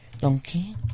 Donkey